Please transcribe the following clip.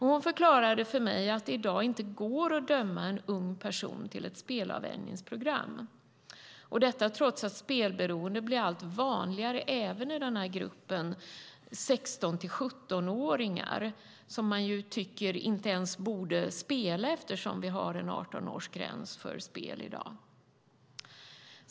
Hon förklarade för mig att det i dag inte går att döma en ung person till ett spelavvänjningsprogram, detta trots att spelberoende blir allt vanligare även i gruppen 16-17-åringar, som man ju tycker inte ens borde spela eftersom vi har en 18-årsgräns för spel i dag.